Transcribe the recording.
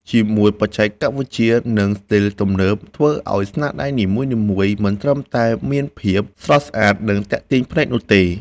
ជាមួយបច្ចេកវិទ្យា និងស្ទីលទំនើប ធ្វើឲ្យស្នាដៃនីមួយៗ មិនត្រឹមតែមានភាពស្រស់ស្អាត និងទាក់ទាញភ្នែកនោះទេ